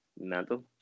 mental